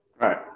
Right